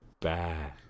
bad